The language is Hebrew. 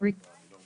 ננעלה בשעה